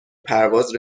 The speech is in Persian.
پرواز